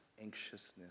anxiousness